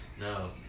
No